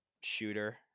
shooter